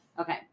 Okay